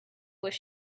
was